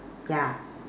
yeah